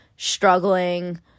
struggling